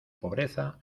pobreza